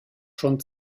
schon